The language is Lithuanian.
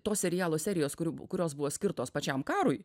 to serialo serijos kurių kurios buvo skirtos pačiam karui